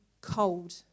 cold